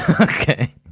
Okay